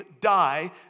die